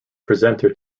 presenter